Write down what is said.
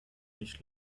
nicht